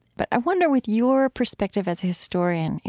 but i wonder, with your perspective as a historian, you